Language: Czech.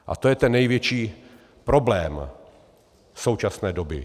A to je ten největší problém současné doby.